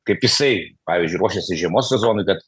kaip jisai pavyzdžiui ruošėsi žiemos sezonui kad